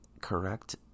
correct